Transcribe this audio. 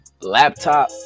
laptop